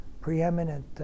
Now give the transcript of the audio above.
preeminent